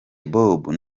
bob